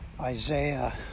Isaiah